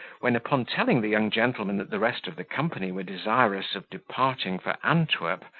when, upon telling the young gentleman that the rest of the company were desirous of departing for antwerp,